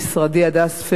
הדס פרבר,